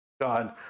God